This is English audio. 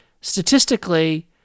statistically